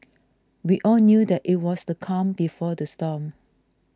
we all knew that it was the calm before the storm